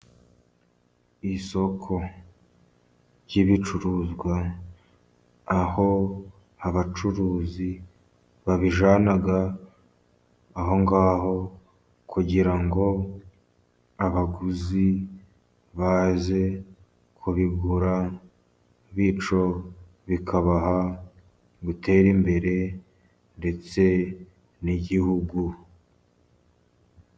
Isoko ry'ibicuruzwa, aho abacuruzi babijyana, aho ngaho kugirango abaguzi baze kubigura, bityo bikabaha gutera imbere ndetse n'igihugu.